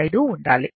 95 ఉండాలి